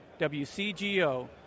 WCGO